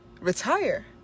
retire